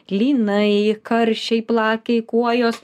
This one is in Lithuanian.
lynai karšiai plakiai kuojos